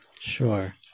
Sure